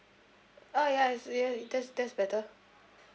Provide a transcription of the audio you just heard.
oh ya yeah that's that's better